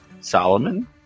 Solomon